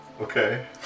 Okay